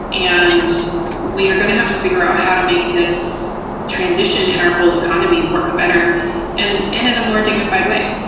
and we are going to have to figure out how to make this transition in our whole economy work better and in in a more dignified way.